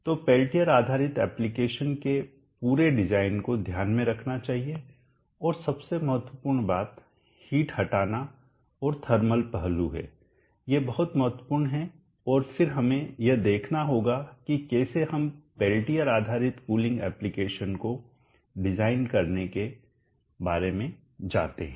तो पेल्टियर आधारित एप्लिकेशनके पूरे डिजाइन को ध्यान में रखना चाहिए और सबसे महत्वपूर्ण बात हिट हटानाऔर थर्मल पहलु है ये बहुत महत्वपूर्ण हैं और फिर हमें यह देखना होगा कि कैसे हम पेल्टियर आधारित कुलिंग एप्लिकेशन को डिजाइन करने के बारे में जाते हैं